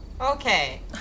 Okay